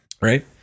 right